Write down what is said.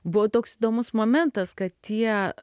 buvo toks įdomus momentas kad tie